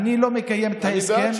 אני לא מקיימת את ההסכם,